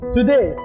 Today